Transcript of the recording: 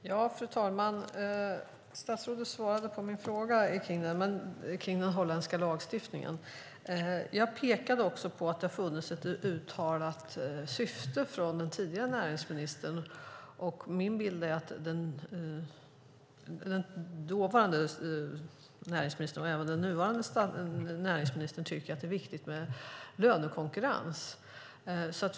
Fru talman! Statsrådet svarade på min fråga om den holländska lagstiftningen. Jag pekade också på att det har funnits ett uttalat syfte från den tidigare näringsministern, och min bild är att både den dåvarande och den nuvarande näringsministern tycker att det är viktigt med lönekonkurrens.